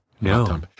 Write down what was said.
No